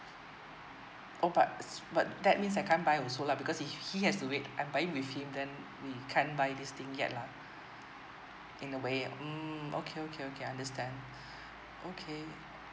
orh but but that means I can't buy also lah because he he has to wait I'm buying with him then we can't buy this thing yet lah in a way um okay okay okay understand okay